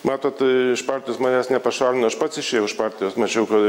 matot iš partijos manęs nepašalino aš pats išėjau iš partijos mačiau kad